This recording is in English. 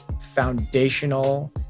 foundational